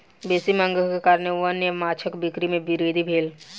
बेसी मांगक कारणेँ वन्य माँछक बिक्री में वृद्धि भेल